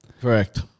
Correct